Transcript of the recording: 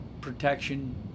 protection